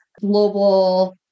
Global